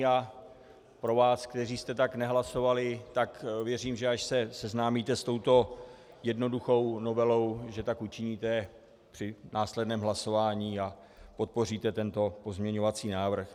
A pro vás, kteří jste tak nehlasovali, věřím, že až se seznámíte s touto jednoduchou novelou, že tak učiníte při následném hlasování a podpoříte tento pozměňovací návrh.